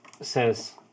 says